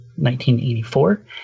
1984